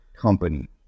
company